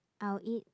I will eat